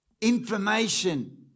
information